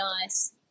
nice